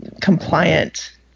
compliant